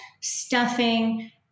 stuffing